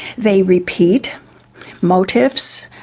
they repeat motifs,